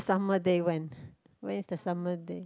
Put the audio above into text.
summer day when when is the summer day